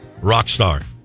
Rockstar